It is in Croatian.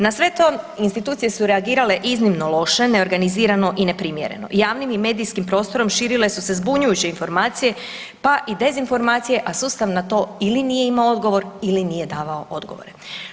Na sve to institucije su reagirale iznimno loše, neorganizirano i neprimjereno, javnim i medijskim prostorom širile su se zbunjujuće informacije pa i dezinformacije a sustav na to ili nije imao odgovor ili nije davao odgovore.